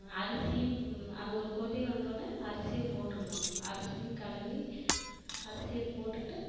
அரிசியும் அது ஒரு கொதி வந்தோடனே அரிசியை போட்டுறணும் அரிசியும் கழுவி அரிசியை போட்டுட்டு